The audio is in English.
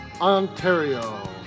Ontario